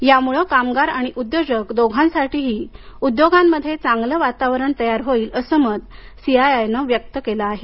यामुळे कामगार आणि उद्योजक दोघांसाठीही उद्योगामध्ये चांगलं वातावरण तयार होईल असं मत सीआयआयनं व्यक्त केलं आहे